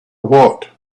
what